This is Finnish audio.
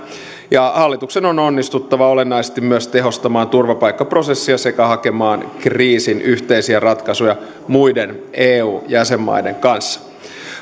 hallituksen on onnistuttava olennaisesti myös tehostamaan turvapaikkaprosessia sekä hakemaan kriisiin yhteisiä ratkaisuja muiden eu jäsenmaiden kanssa